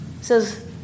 says